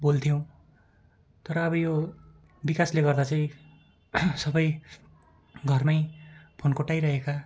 बोल्थ्यौँ तर अब यो विकासले गर्दा चाहिँ सबै घरमै फोन कोट्याइरहेका